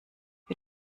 wir